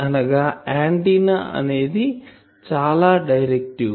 అనగా ఆంటిన్నా అనేది చాలా డిరెక్టివ్